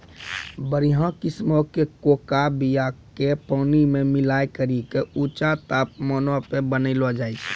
बढ़िया किस्मो के कोको बीया के पानी मे मिलाय करि के ऊंचा तापमानो पे बनैलो जाय छै